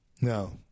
No